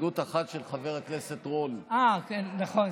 הסתייגות אחת, של חבר הכנסת רול, אה, כן, נכון.